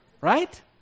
right